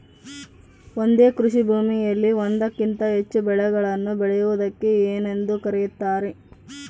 ಒಂದೇ ಕೃಷಿಭೂಮಿಯಲ್ಲಿ ಒಂದಕ್ಕಿಂತ ಹೆಚ್ಚು ಬೆಳೆಗಳನ್ನು ಬೆಳೆಯುವುದಕ್ಕೆ ಏನೆಂದು ಕರೆಯುತ್ತಾರೆ?